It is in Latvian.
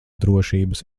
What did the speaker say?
drošības